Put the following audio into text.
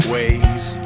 ways